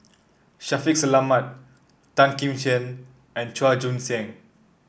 Shaffiq Selamat Tan Kim Tian and Chua Joon Siang